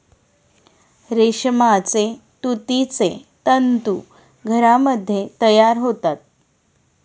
रेशमाचे तुतीचे तंतू घरामध्ये तयार होतात